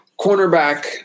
cornerback